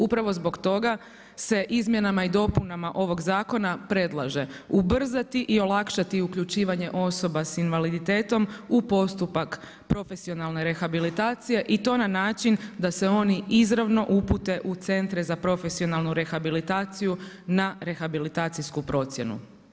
Upravo zbog toga se izmjenama i dopunama ovog zakona predlaže, ubrzati i olakšati uključivanje osoba s invaliditetom u postupak profesionalne rehabilitacije i to na način da se oni izravno upute u centre za profesionalnu rehabilitaciju na rehabilitacijsku procjenu.